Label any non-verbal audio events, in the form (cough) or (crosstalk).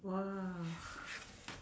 !wah! (noise)